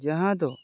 ᱡᱟᱦᱟᱸ ᱫᱚ